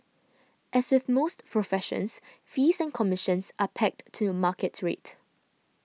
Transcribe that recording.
as with most professions fees and commissions are pegged to a market rate